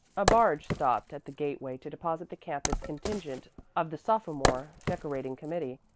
a barge stopped at the gateway to deposit the campus contingent of the sophomore decorating committee,